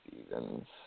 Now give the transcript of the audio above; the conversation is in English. Stevens